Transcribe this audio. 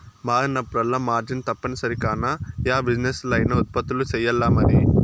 మారినప్పుడల్లా మార్జిన్ తప్పనిసరి కాన, యా బిజినెస్లా అయినా ఉత్పత్తులు సెయ్యాల్లమరి